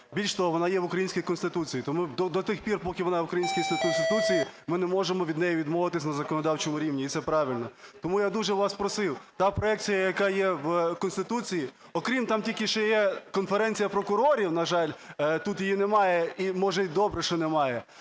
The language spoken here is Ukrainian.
Більше того, вона є в українській Конституції. Тому до тих пір, поки вона в українській Конституції, ми не можемо від неї відмовитись на законодавчому рівні, і це правильно. Тому я дуже вас просив, та проекція, яка є в Конституції, окрім там тільки ще є конференція прокурорів, на жаль, тут її немає і може й добре, що немає,